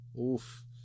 Oof